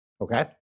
Okay